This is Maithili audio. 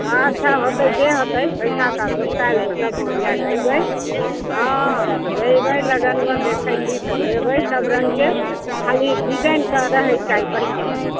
हँ अच्छा होतै जे होतै पैसा तऽ जुगताइ लेबै सब लै के अयबै हँ जैबे लगनमे देखै ली तऽ लैबे सब रङ्गके खाली डिजाइनके रहै चाही बढिऑं बढिऑं